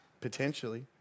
potentially